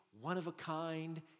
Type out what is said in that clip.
one-of-a-kind